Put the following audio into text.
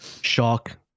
Shock